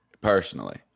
Personally